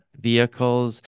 vehicles